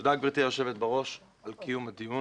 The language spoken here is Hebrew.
תודה, גברתי היושבת בראש, על קיום הדיון.